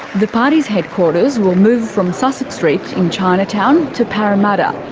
the party's headquarters will move from sussex st in chinatown to parramatta,